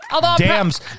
Dams